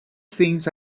things